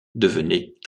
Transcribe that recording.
devenaient